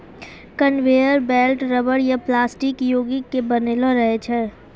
conveyor belt rubber या plastic योगिक के बनलो रहै छै